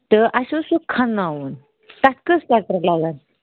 تہٕ اَسہِ اوس سُہ کھَنناوُن تتھ کٔژ ٹریٚکٹر لَگَن